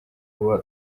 ubu